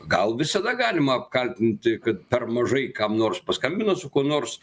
gal visada galima apkaltinti kad per mažai kam nors paskambino su kuo nors